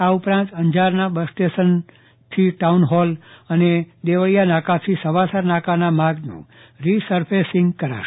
આ ઉપરાંત અંજારના બસ સ્ટેશનમાં ટાઉનહોલ અને દેવળીયા નાકા સવાસર નાકાના માર્ગોનું રિપેરીંગ કરાશે